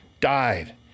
died